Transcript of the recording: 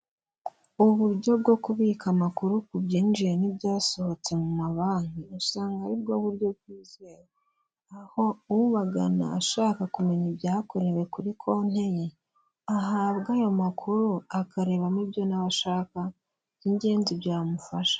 Uburyo bwo kubika amakuru ku byinjiye n'ibyasohotse mu ma banki usanga aribwo buryo bwizewe, aho ubagana ashaka kumenya ibyakorewe kuri konti ye, ahabwa ayo makuru akarebamo ibyo nawe ashaka by'ingenzi byamufasha.